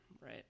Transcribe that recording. right